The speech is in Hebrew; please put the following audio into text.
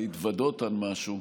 להתוודות על משהו: